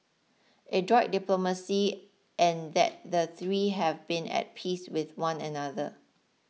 adroit diplomacy and that the three have been at peace with one another